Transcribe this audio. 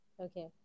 Okay